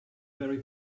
very